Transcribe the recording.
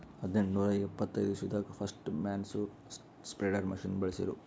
ಹದ್ನೆಂಟನೂರಾ ಎಪ್ಪತೈದ್ ಇಸ್ವಿದಾಗ್ ಫಸ್ಟ್ ಮ್ಯಾನ್ಯೂರ್ ಸ್ಪ್ರೆಡರ್ ಮಷಿನ್ ಬಳ್ಸಿರು